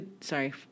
sorry